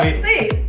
see.